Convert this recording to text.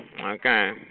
Okay